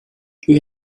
you